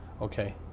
okay